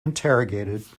interrogated